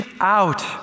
out